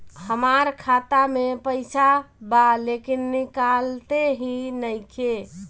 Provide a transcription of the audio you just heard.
हमार खाता मे पईसा बा लेकिन निकालते ही नईखे?